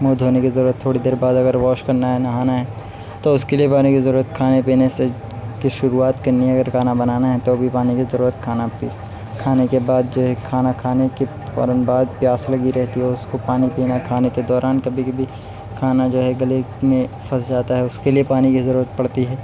منہ دھونے کی ضرورت تھوڑی دیر بعد اگر واش کرنا ہے نہانا ہے تو اس کے لیے پانی کی ضرورت کھانے پینے سے کی شروعات کرنی ہے اگر کھانا بنانا ہے تو بھی پانی ضرورت کھانا کھانے کے بعد جو ہے کھانا کھانے کے فوراً بعد پیاس لگی رہتی ہے اور اس کو پانی پینا کھانے کے دوران کبھی کبھی کھانا جو ہے گلے میں پھنس جاتا ہے اس کے لیے پانی کی ضرورت پڑتی ہے